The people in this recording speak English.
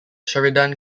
sheridan